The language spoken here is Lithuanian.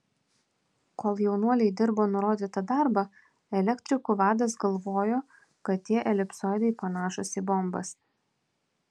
kol jaunuoliai dirbo nurodytą darbą elektrikų vadas galvojo kad tie elipsoidai panašūs į bombas